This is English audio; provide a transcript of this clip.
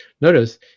Notice